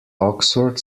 oxford